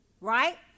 right